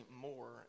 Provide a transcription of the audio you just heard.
more